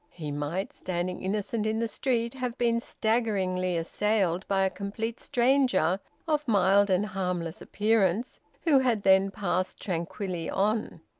he might, standing innocent in the street, have been staggeringly assailed by a complete stranger of mild and harmless appearance, who had then passed tranquilly on.